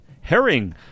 herring